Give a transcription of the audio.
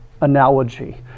analogy